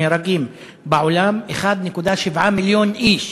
נהרגים בעולם 1.7 מיליון איש,